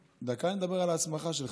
דקה, אני אדבר על ההסמכה שלך.